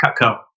Cutco